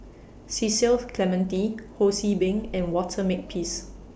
Cecil's Clementi Ho See Beng and Walter Makepeace